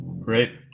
Great